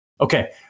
Okay